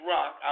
Rock